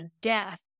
death